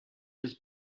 his